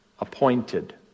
appointed